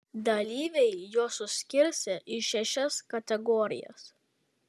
dalyviai juos suskirstė į šešias kategorijas